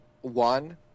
one